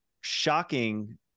shocking